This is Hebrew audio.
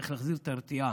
צריך להחזיר את הרתיעה.